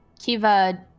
Kiva